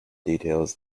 details